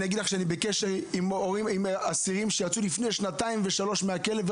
אני בקשר עם אסירים שיצאו לפני שנתיים ושלוש מהכלא.